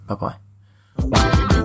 Bye-bye